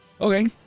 Okay